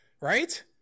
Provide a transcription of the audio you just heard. right